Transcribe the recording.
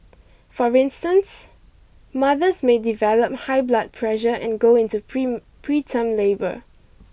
for instance mothers may develop high blood pressure and go into preterm labour